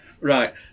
Right